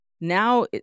now